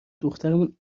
دخترمون